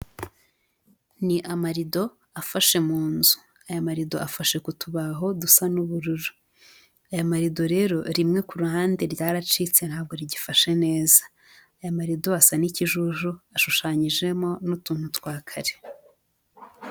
Ni amarido afashe mu nzu, aya marido afashe ku tubaho dusa n'ubururu, aya marido rero, rimwe ku ruhande ryaracitse ntabwo rigifashe neza, aya marido asa n'ikijuju ashushanyijemo n'utuntu twa kare.